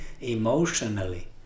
emotionally